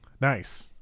Nice